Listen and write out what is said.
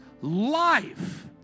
life